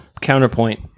counterpoint